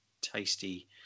tasty